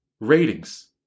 ratings